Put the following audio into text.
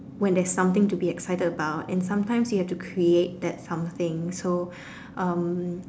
when there's something to be excited about and sometimes you have to create that something so um